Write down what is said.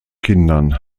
kindern